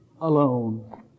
alone